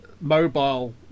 mobile